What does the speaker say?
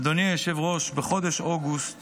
אדוני היושב-ראש, בחודש אוגוסט